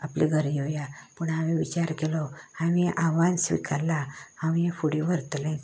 आपले घरा येवया पूण हांवें विचार केलो हांवें आव्हान स्विकारलां हांव यें फुडें व्हरतलेंच